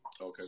Okay